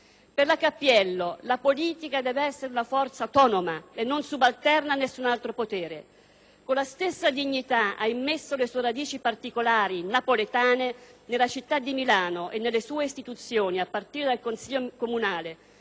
Per la Cappiello la politica deve essere una forza autonoma e non subalterna a nessun altro potere. Con la stessa dignità ha immesso le sue radici particolari, napoletane, nella città di Milano, e nelle sue istituzioni, a partire dal Consiglio comunale,